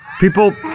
People